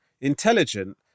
intelligent